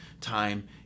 time